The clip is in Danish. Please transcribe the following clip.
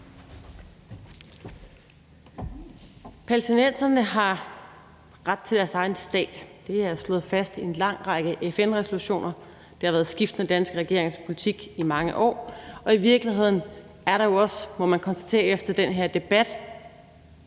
Palæstinenserne har ret til deres egen stat. Det er slået fast i en lang række FN-resolutioner. Det har været skiftende danske regeringers politik i mange år, og i virkeligheden er der jo også, må man konstatere efter den her debat,